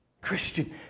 Christian